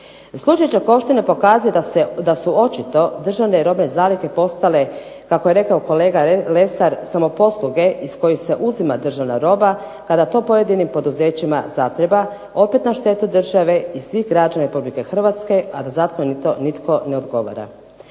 Slučaj Đakovština pokazuje da su očito državne robne zalihe postale kako je rekao Lesar samoposluge iz kojih se uzima državna roba kada to pojedinim poduzećima zatreba opet na štetu države i svih građana Republike Hrvatske a da zakonom to nitko ne odgovara.